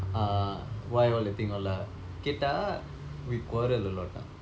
uh why all that thing all lah கேட்டா:keetdaa we quarrel a lot ah